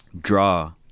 draw